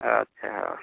ଆଚ୍ଛା ହେଉ